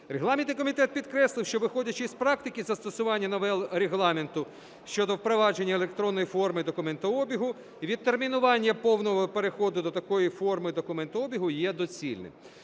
Регламентний комітет підкреслив, що, виходячи із практики застосування новел Регламенту щодо впровадження електронної форми документообігу відтермінування повного переходу до такої форми документообігу є доцільним.